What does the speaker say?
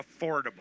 affordable